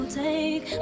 take